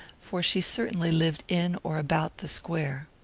for she certainly lived in or about the square.